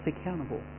accountable